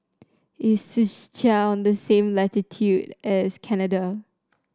is Czechia on the same latitude as Canada